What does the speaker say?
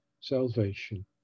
salvation